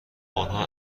انها